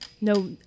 No